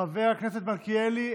חבר הכנסת מלכיאלי,